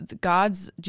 God's